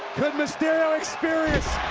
mysterio experience